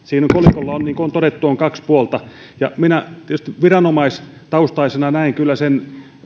kolikolla on niin kuin on todettu kaksi puolta minä tietysti viranomaistaustaisena näen kyllä että